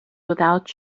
without